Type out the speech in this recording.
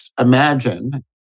imagine